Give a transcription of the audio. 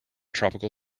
tropical